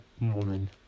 woman